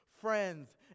friends